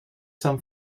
some